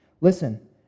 Listen